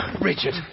Richard